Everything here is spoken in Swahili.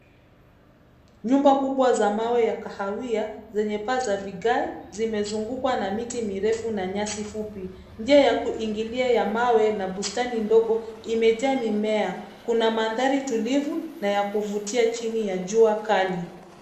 Nyumba kubwa za mawe ya kahawia zenye paa za vigae zimezungukwa na miti mirefu na nyasi fupi. Njia ya kuingilia ya mawe na bustani ndogo imejaa mimea. Kuna mandhari tulivu na ya kuvutia chini ya jua kali.